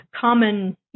common